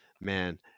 Man